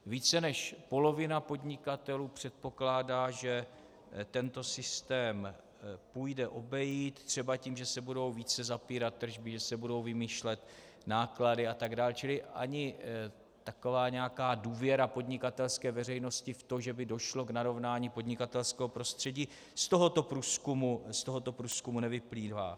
Vice než polovina podnikatelů předpokládá, že tento systém půjde obejít třeba tím, že se budou více zapírat tržby, že se budou vymýšlet náklady atd., čili ani taková nějaká důvěra podnikatelské veřejnosti v tom, že by došlo k narovnání podnikatelského prostředí, z tohoto průzkumu nevyplývá.